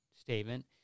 statement